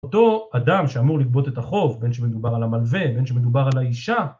אותו אדם שאמור לגבות את החוב, בין שמדובר על המלווה, בין שמדובר על האישה.